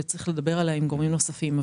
וצריך לדבר עליה עם גורמים נוספים.